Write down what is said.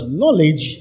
knowledge